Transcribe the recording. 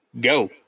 go